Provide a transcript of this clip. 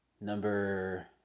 number